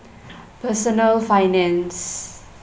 personal finance